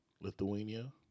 Lithuania